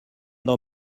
dans